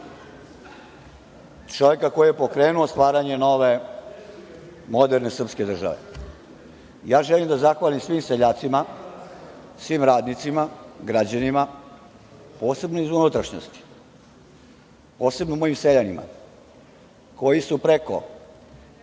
čoveka koji je pokrenu stvaranje nove moderne srpske države. Želim da zahvalim svim seljacima, svim radnicima, građanima, posebno iz unutrašnjosti, posebno mojim seljanima, koji su kroz